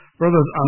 brothers